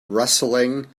rustling